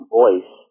voice